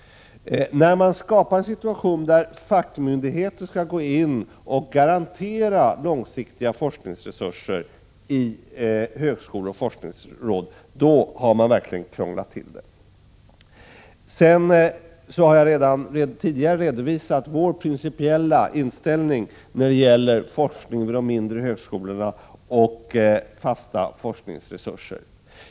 När man skapar en situation där fackmyndigheter skall gå in och garantera långsiktiga forskningsresurser i högskolor och forskningsråd har man verkligen krånglat till det. Jag har redan tidigare redovisat vår principiella inställning när det gäller forskning vid de mindre högskolorna och fasta forskningsresurser.